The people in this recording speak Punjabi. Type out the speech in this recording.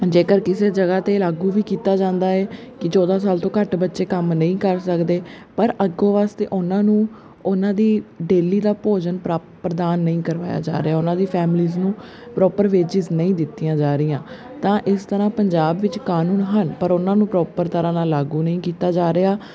ਜੇਕਰ ਕਿਸੇ ਜਗ੍ਹਾ 'ਤੇ ਲਾਗੂ ਵੀ ਕੀਤਾ ਜਾਂਦਾ ਹੈ ਕਿ ਚੌਦਾਂ ਸਾਲ ਤੋਂ ਘੱਟ ਬੱਚੇ ਕੰਮ ਨਹੀਂ ਕਰ ਸਕਦੇ ਪਰ ਅੱਗੇ ਵਾਸਤੇ ਉਹਨਾਂ ਨੂੰ ਉਹਨਾਂ ਦੀ ਡੇਲੀ ਦਾ ਭੋਜਨ ਪ੍ਰਾਪਤ ਪ੍ਰਦਾਨ ਨਹੀਂ ਕਰਵਾਇਆ ਜਾ ਰਿਹਾ ਉਹਨਾਂ ਦੀ ਫੈਮਿਲੀਜ਼ ਨੂੰ ਪ੍ਰੋਪਰ ਵੇਜ਼ਿਜ਼ ਨਹੀਂ ਦਿੱਤੀਆਂ ਜਾ ਰਹੀਆਂ ਤਾਂ ਇਸ ਤਰ੍ਹਾਂ ਪੰਜਾਬ ਵਿੱਚ ਕਾਨੂੰਨ ਹਨ ਪਰ ਉਹਨਾਂ ਨੂੰ ਪ੍ਰੋਪਰ ਤਰ੍ਹਾਂ ਨਾਲ ਲਾਗੂ ਨਹੀਂ ਕੀਤਾ ਜਾ ਰਿਹਾ